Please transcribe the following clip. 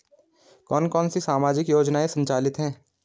कौन कौनसी सामाजिक योजनाएँ संचालित है?